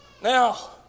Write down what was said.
Now